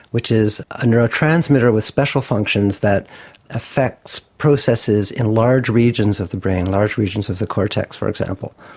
which is a neurotransmitter with special functions that affects processes in large regions of the brain, large regions of the cortex, for example.